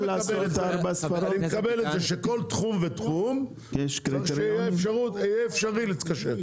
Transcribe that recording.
אני מקבל את זה שבכל תחום ותחום יהיה אפשרי להתקשר.